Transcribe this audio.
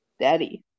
Daddy